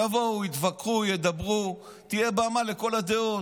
יבואו, יתווכחו, ידברו, תהיה במה לכל הדעות.